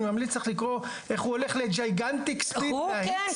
אני ממליץ לך לקרוא איך הוא ל- -- הוא כן,